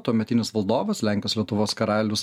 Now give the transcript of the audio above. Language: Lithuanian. tuometinis valdovas lenkijos lietuvos karalius